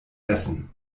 essen